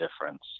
difference